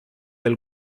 del